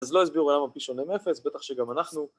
‫אז לא הסבירו למה P שונה מאפס, ‫בטח שגם אנחנו.